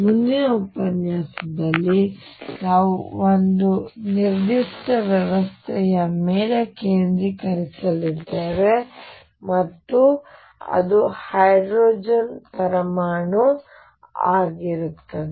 ಮುಂದಿನ ಉಪನ್ಯಾಸದಲ್ಲಿ ನಾವು ಒಂದು ನಿರ್ದಿಷ್ಟ ವ್ಯವಸ್ಥೆಯ ಮೇಲೆ ಕೇಂದ್ರೀಕರಿಸಲಿದ್ದೇವೆ ಮತ್ತು ಅದು ಹೈಡ್ರೋಜನ್ ಪರಮಾಣು ಆಗಿರುತ್ತದೆ